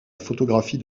photographie